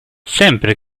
sempre